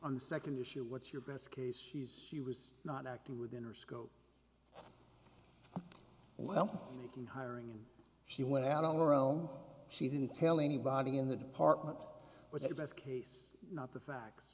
on the second issue what's your best case he's he was not acting within the scope well making hiring him she went out on her own she didn't tell anybody in the department where it was case not the facts